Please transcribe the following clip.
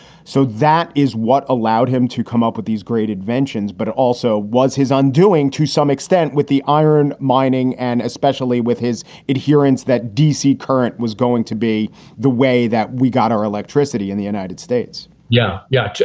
so that is what allowed him to come up with these great inventions. but it also was his undoing to some extent with the iron mining and especially with his adherence that dc current was going to be the way that we got our electricity in the united states yeah, yeah.